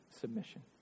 submission